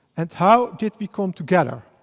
and how did we come together?